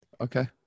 Okay